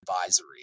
advisory